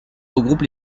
regroupent